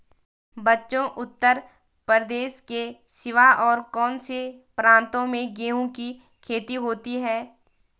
बच्चों उत्तर प्रदेश के सिवा और कौन से प्रांतों में गेहूं की खेती होती है?